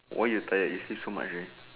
why you tired you sleep so much already